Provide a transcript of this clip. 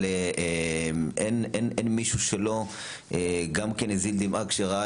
אבל אין מישהו שלא גם כן הזיל דמעה כשראה